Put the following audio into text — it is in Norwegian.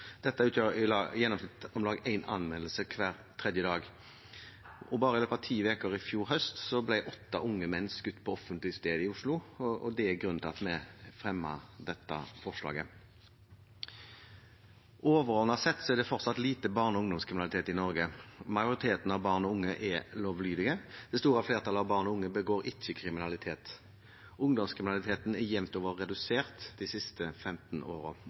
Dette utgjør i gjennomsnitt om lag en anmeldelse hver tredje dag. Bare i løpet av ti uker i fjor høst ble åtte unge menn skutt på offentlig sted i Oslo. Det er grunnen til at vi fremmer dette forslaget. Overordnet sett er det fortsatt lite barne- og ungdomskriminalitet i Norge, og majoriteten av barn og unge er lovlydige. Det store flertallet av barn og unge begår ikke kriminalitet. Ungdomskriminaliteten er jevnt over redusert de siste 15